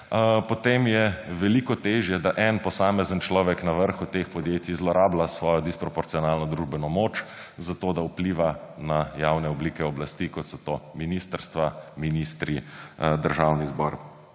potem je veliko težje, da en posamezen človek na vrhu teh podjetij zlorablja svojo disproporcionalno družbeno moč, zato da vpliva na javne oblike oblasti, kot so to ministrstva, ministri, Državni zbor